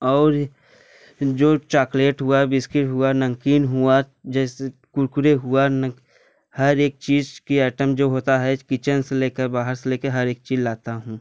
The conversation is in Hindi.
और जो चाकलेट हुआ बिस्किट हुआ नमकीन हुआ जैसे कुरकुरे हुआ न हर एक चीज की आइटम जो होता है किचन से लेकर बाहर से ले के हर एक चीज लाता हूँ